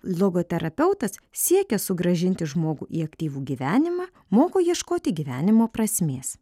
logoterapeutas siekia sugrąžinti žmogų į aktyvų gyvenimą moko ieškoti gyvenimo prasmės